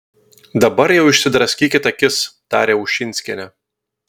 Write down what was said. dabar jau išsidraskykit akis tarė ušinskienė